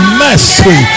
mercy